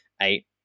eight